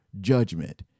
judgment